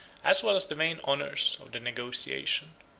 as well as the vain honors, of the negotiation.